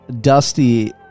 Dusty